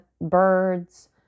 birds